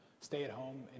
stay-at-home